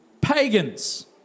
Pagans